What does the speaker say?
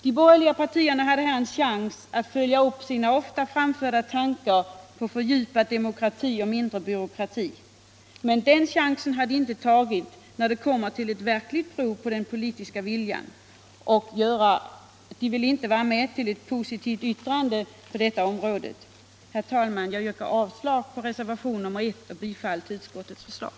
De borgerliga partierna hade här en chans att följa upp sina ofta framförda tankar på fördjupad demokrati och mindre byråkrati, men den chansen har de inte tagit när det kommer till ett verkligt prov på den politiska viljan. De borgerliga vill inte vara med om ett positivt yttrande på detta område. Herr talman! Jag yrkar bifall till utskottets förslag.